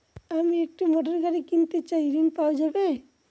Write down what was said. আমি একটি মোটরগাড়ি কিনতে চাই ঝণ পাওয়া যাবে?